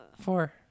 Four